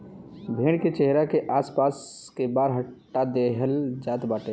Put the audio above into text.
भेड़ के चेहरा के आस पास के बार हटा देहल जात बाटे